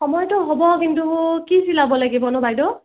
সময়টো হ'ব কিন্তু কি চিলাব লাগিবনো বাইদেউ